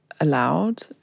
allowed